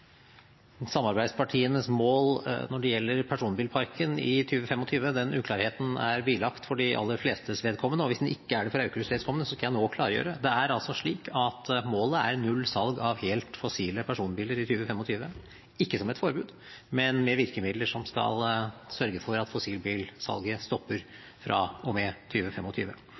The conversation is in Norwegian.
samarbeidspartienes mål når det gjelder personbilparken i 2025, er bilagt for de aller flestes vedkommende. Hvis den ikke er det for Aukrusts vedkommende, skal jeg nå klargjøre: Det er altså slik at målet er null salg av helt fossile personbiler i 2025, ikke som et forbud, men med virkemidler som skal sørge for at fossilbilsalget stopper